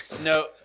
No